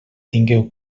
tingueu